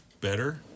better